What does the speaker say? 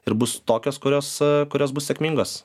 ir bus tokios kurios kurios bus sėkmingos